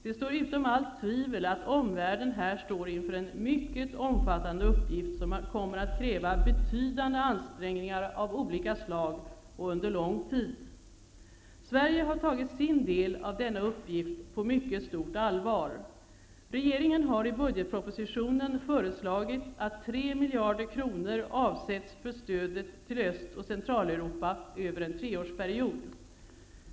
Det står utom allt tvivel att omvärlden här står inför en mycket omfattande uppgift som kommer att kräva betydande ansträngningar av olika slag och under lång tid. Sverige har tagit sin del av denna uppgift på mycket stort allvar. Regeringen har i budgetpropositionen föreslagit att 3 miljarder kronor avsätts för stödet till Öst och Centraleuropa över en treårsperiod.